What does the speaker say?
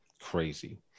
crazy